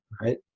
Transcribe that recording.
right